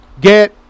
get